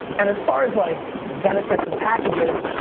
and as far as like, benefits and packages,